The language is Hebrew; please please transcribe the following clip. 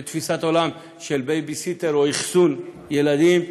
בתפיסת עולם של בייבי-סיטר או אחסון ילדים.